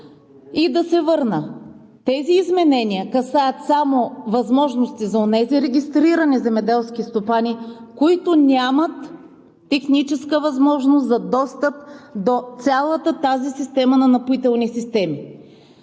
И да се върна – тези изменения касаят само възможности за онези регистрирани земеделски стопани, които нямат техническа възможност за достъп до цялата тази система на Напоителни системи